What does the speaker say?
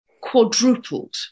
quadrupled